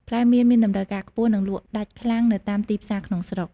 ផ្លែមៀនមានតម្រូវការខ្ពស់ និងលក់ដាច់ខ្លាំងនៅតាមទីផ្សារក្នុងស្រុក។